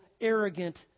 arrogant